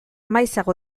maizago